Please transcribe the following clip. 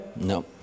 No